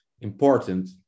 important